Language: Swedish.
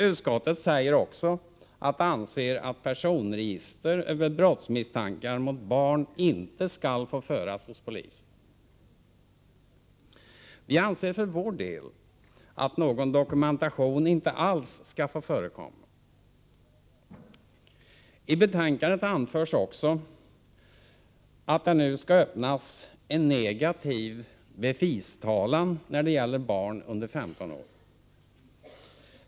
Utskottet säger också att det anser att personregister över brottsmisstankar mot barn inte skall få föras hos polisen. Vi anser för vår del att någon dokumentation inte alls skall få förekomma. I betänkandet anförs också att det skall öppnas en negativ bevistalan när det gäller barn under 15 år.